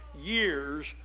years